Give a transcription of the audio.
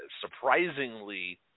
surprisingly